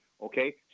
okay